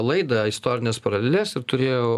laidą istorinės paraleles ir turėjau